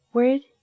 Word